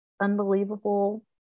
unbelievable